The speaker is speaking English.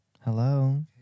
Hello